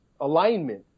alignment